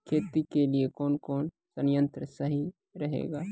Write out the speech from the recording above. खेती के लिए कौन कौन संयंत्र सही रहेगा?